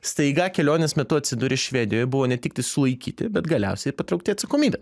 staiga kelionės metu atsiduri švedijoj buvo ne tiktais sulaikyti bet galiausiai ir patraukti atsakomybėn